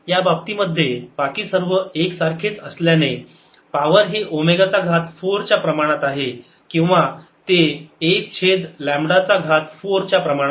या बाबतीमध्ये बाकी सर्व एक सारखेच असल्याने पावर हे ओमेगा चा घात 4 च्या प्रमाणात आहे किंवा ते 1 छेद लांबडा चा घात 4 च्या प्रमाणात आहे